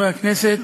חברי הכנסת,